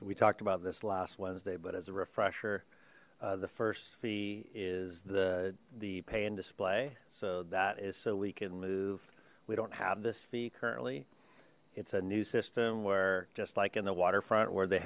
parking we talked about this last wednesday but as a refresher the first fee is the the pay and display so that is so we can move we don't have this fee currently it's a new system we're just like in the waterfront where they